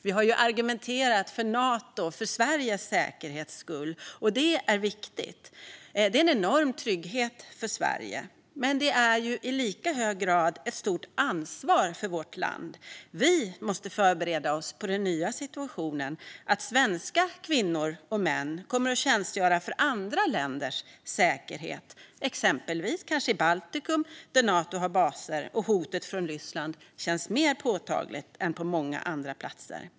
Vi har argumenterat för Nato för Sveriges säkerhets skull. Detta är viktigt och en enorm trygghet för Sverige, men det är i lika hög grad ett stort ansvar för vårt land. Vi måste förbereda oss på den nya situationen att svenska kvinnor och män kommer att tjänstgöra för andra länders säkerhet, exempelvis i Baltikum, där Nato har baser och där hotet från Ryssland känns mer påtagligt än på många andra platser.